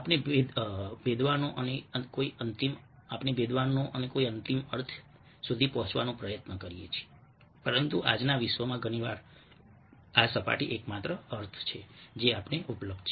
આપણે ભેદવાનો અને કોઈ અંતિમ અર્થ સુધી પહોંચવાનો પ્રયત્ન કરીએ છીએ પરંતુ આજના વિશ્વમાં ઘણી વાર આ સપાટી એકમાત્ર અર્થ છે જે આપણને ઉપલબ્ધ છે